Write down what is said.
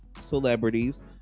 celebrities